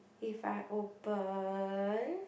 if I open